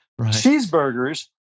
cheeseburgers